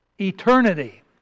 Eternity